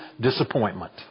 disappointment